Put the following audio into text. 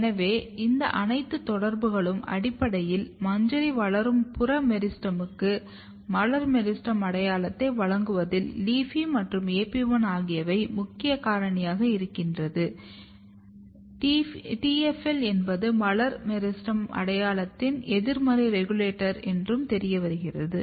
எனவே இந்த அனைத்து தொடர்புகளும் அடிப்படையில் மஞ்சரி வளரும் புற மெரிஸ்டெமுக்கு மலர் மெரிஸ்டெம் அடையாளத்தை வழங்குவதில் LEAFY மற்றும் AP1 ஆகியவை முக்கிய காரணியாக இருக்கின்றன என்றும் TFL என்பது மலர் மெரிஸ்டெம் அடையாளத்தின் எதிர்மறை ரெகுலேட்டர் என்றும் தெரியவருகிறது